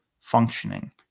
functioning